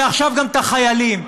ועכשיו גם את החיילים.